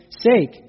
sake